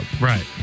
Right